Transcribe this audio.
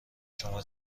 شما